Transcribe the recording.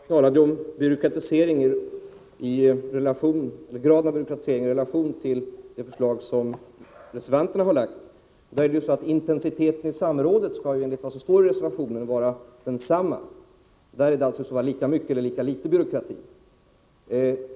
Fru talman! Vi har talat om graden av byråkratisering i regeringens förslag i relation till de förslag som reservanterna har lagt fram. Intensiteten i samrådet skall, enligt vad som står i reservationen, vara densamma — alltså lika litet eller lika mycket byråkrati.